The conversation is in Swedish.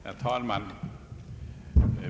Herr talman!